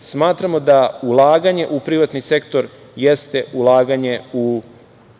Smatramo da ulaganje u privatni sektor jeste ulaganje